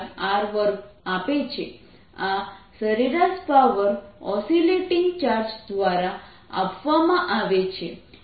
આ સરેરાશ power oscillating charge દ્વારા આપવામાં આવે છે